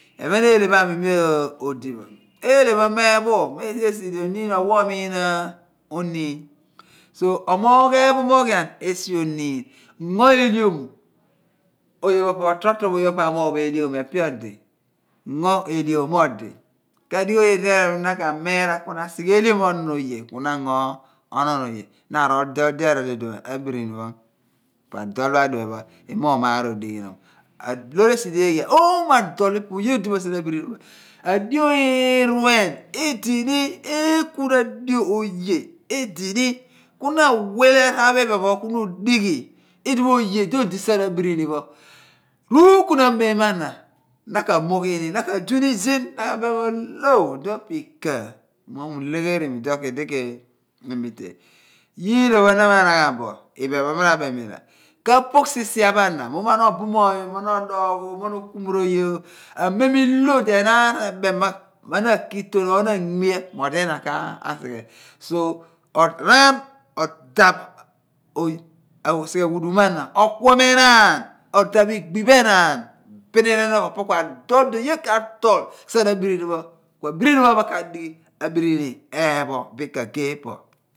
Ephen eele pho aami mi odi bo eele pho meephu esi di oniin owa mun omiin oniin. So omoogh ephomoghian esi oniin ngo ehliom mo odi ka dighi oye di eni maadi na ka sighe ehliom onon oye ku na ango onon oye. Na arol dol di erol idipho abirini pho po adol pho adipho pho i/moogh maar odeghinom. Loor esi di eeghe iyaar oomo adol oye odi bo sien abirini pho adio irruen edini eekuna adio oye edini ku na awile raar pho iphen ku na odighi idiph oye di odi sien abirini pho ruukunha amen mo ana, na ka moghi ni, na ka zu ni izin abem mu ooh, iduon pi ika, mo mu ulegheri mo iduon ku edi ketol iduon ke di ke mile, nyiilopho na ma anaghan bo iphen pho mi ra bem bo nyina ka pogh sisia pho ana mughumo na obumoony ooh, mo na okumoor oye ooh. Amen i/lo di enaan ebem mo na akiton na anmia mo odi ina ka asighe so osighe aghudum mo ana okuom enaan odaph ighi pho enaan bininim opo ku adol di oye ka tol sien abirini pho ku abirini pho ka dighi abirini eepho bin kagee po.